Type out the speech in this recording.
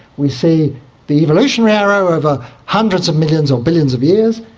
we see the evolutionary arrow of ah hundreds of millions or billions of years,